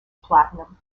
platinum